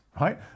right